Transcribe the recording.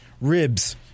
ribs